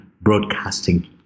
Broadcasting